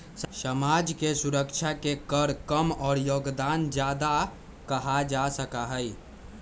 समाज के सुरक्षा के कर कम और योगदान ज्यादा कहा जा सका हई